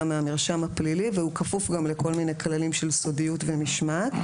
מהמרשם הפלילי וכפוף לכל מיני כללים של סודיות ומשמעת,